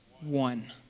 one